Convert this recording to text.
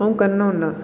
अं'ऊ करना होन्नां